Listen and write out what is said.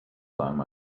time